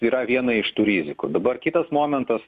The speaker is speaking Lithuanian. yra viena iš tų rizikų dabar kitas momentas